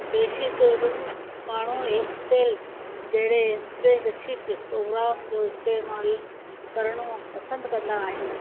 बेशितरु माण्हू एक्सेल जहिड़े स्प्रेडशीट पोग्राम जो इस्तेमालु करणो पसंदि कंदा आहिनि